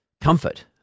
comfort